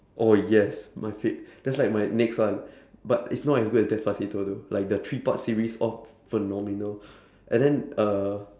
oh yes my fav~ that's like my next one but it's not as good as despacito though like the three part series all phenomenal and then uh